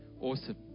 Awesome